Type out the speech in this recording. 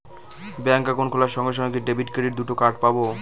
Bank account খোলার সঙ্গে সঙ্গে কি ডেবিট ক্রেডিট দুটো কার্ড পাবো?